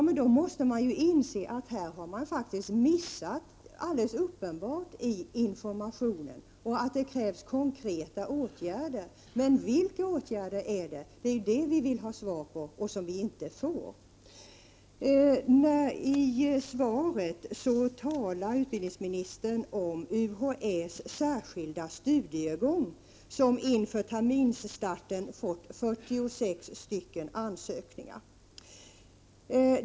Men då måste man inse att man i detta fall alldeles uppenbart har misslyckats med informationen och att det krävs konkreta åtgärder. Men vad vi vill ha besked om men inte har fått veta är vilka åtgärder som skall vidtas. I svaret talas det om den av UHÄ föreslagna särskilda studiegången till vilken det inför terminsstarten inkommit 46 ansökningar.